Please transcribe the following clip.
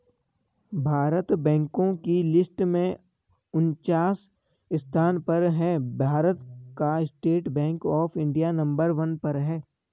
भारत बैंको की लिस्ट में उनन्चास स्थान पर है भारत का State Bank of India number one पर है